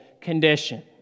condition